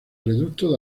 reducto